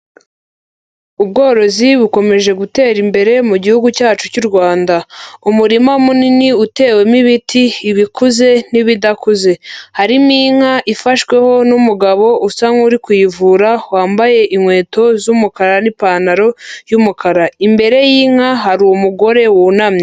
Ubworozi bukomeje gutera imbere mu gihugu cyacu cy'u Rwanda. Umurima munini utewemo ibiti, ibikuze n'ibidakuze. Harimo inka ifashweho n'umugabo usa nk'uri kuyivura, wambaye inkweto z'umukara n'ipantaro y'umukara. Imbere y'inka, hari umugore wunamye.